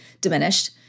diminished